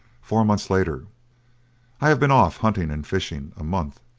four months later i have been off hunting and fishing a month,